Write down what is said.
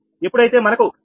ఎప్పుడైతే మనకు 46